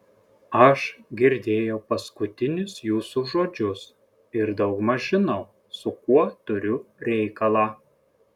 aš girdėjau paskutinius jūsų žodžius ir daugmaž žinau su kuo turiu reikalą